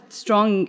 strong